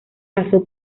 pasó